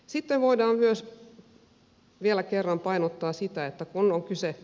sitten voidaan myös vielä kerran painottaa sitä että kun on kyse